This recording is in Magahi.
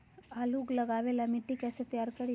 आलु लगावे ला मिट्टी कैसे तैयार करी?